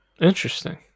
Interesting